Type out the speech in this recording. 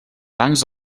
bancs